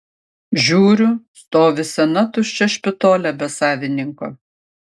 žiūriu stovi sena tuščia špitolė be savininko